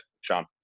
Sean